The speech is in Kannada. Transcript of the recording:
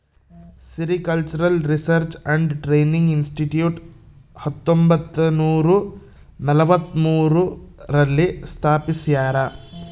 sericultural research and training institute ಹತ್ತೊಂಬತ್ತುನೂರ ನಲವತ್ಮೂರು ರಲ್ಲಿ ಸ್ಥಾಪಿಸ್ಯಾರ